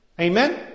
Amen